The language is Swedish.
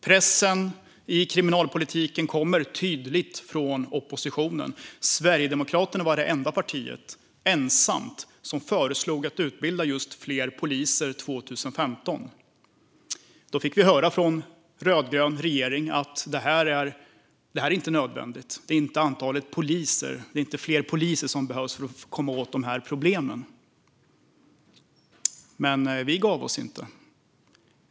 Pressen i kriminalpolitiken kommer tydligt från oppositionen. Sverigedemokraterna var det enda parti som föreslog att det skulle utbildas fler poliser 2015. Då fick vi höra från den rödgröna regeringen: Det är inte nödvändigt. Det är inte fler poliser som behövs för att komma åt de här problemen. Men vi gav oss inte.